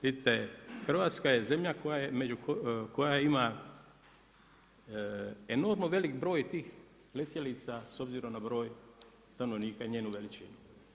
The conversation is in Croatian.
Vidite Hrvatska je zemlja koja ima enormno velik broj tih letjelica, s obzirom na broj stanovnika i njenu veličinu.